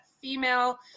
female